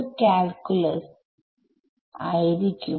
discretization